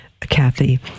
kathy